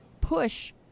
push